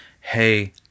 hey